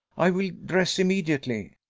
i will dress immediately.